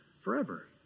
forever